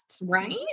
Right